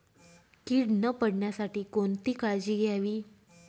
कीड न पडण्यासाठी कोणती काळजी घ्यावी?